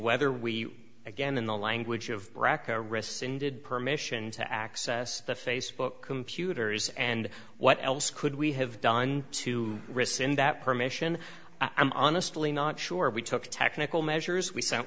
whether we again in the language of brecker rescinded permission to access the facebook computers and what else could we have done to rescind that permission i'm honestly not sure we took technical measures w